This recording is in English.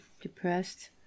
depressed